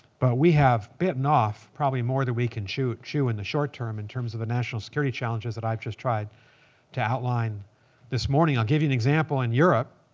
but we have bitten off probably more than we can chew chew in the short term in terms of national security challenges that i've just tried to outline this morning. i'll give you an example in europe.